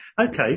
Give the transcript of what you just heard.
Okay